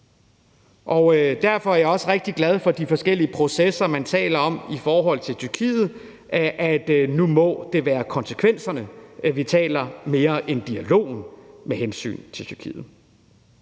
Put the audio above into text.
Derfor er jeg også rigtig glad for de forskellige processer, man taler om i forhold til Tyrkiet. Nu må det være konsekvenserne mere end dialogen, vi taler om med hensyn til Tyrkiet.